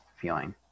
feeling